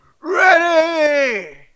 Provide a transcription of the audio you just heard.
ready